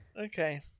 Okay